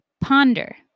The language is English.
ponder